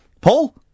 Paul